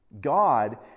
God